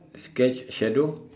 sketch shadow